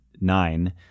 nine